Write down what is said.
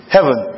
Heaven